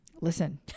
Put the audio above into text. listen